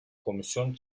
komisyon